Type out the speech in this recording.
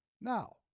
Now